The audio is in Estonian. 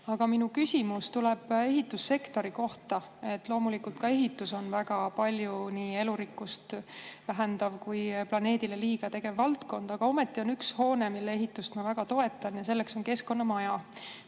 Minu küsimus tuleb ehitussektori kohta. Loomulikult, ka ehitus on väga palju nii elurikkust vähendav kui üldse planeedile liiga tegev valdkond. Aga ometi on üks hoone, mille ehitust ma väga toetan. Ja see on Keskkonnamaja,